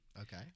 okay